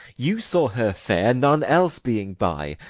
you saw her fair, none else being by,